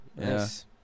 yes